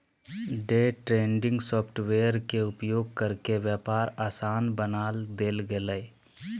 day trading software के उपयोग करके व्यापार आसान बना देल गेलय